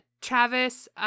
Travis